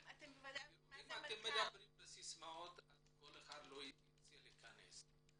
אם אתם מדברים בסיסמאות אז כל אחד לא ירצה להיכנס לזה.